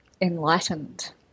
enlightened